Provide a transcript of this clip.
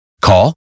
Call